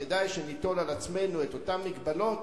כדאי שניטול על עצמנו את אותן מגבלות